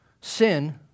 sin